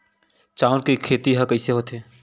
चांउर के खेती ह कइसे होथे?